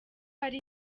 hari